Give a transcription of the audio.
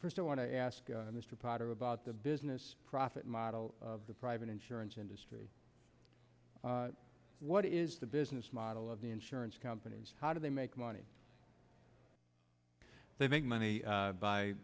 first i want to ask mr potter about the business profit model of the private insurance industry what is the business model of the insurance companies how do they make money they make money